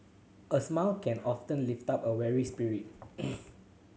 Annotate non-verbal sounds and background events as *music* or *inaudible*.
a smile can often lift up a weary spirit *noise*